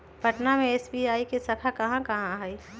पटना में एस.बी.आई के शाखा कहाँ कहाँ हई